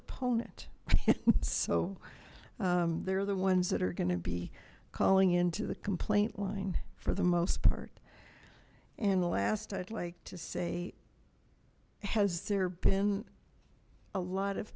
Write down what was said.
opponent so they're the ones that are going to be calling into the complaint line for the most part and the last i'd like to say has there been a lot of